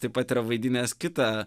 taip pat yra vaidinęs kitą